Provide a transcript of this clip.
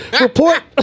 report